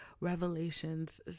revelations